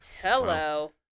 Hello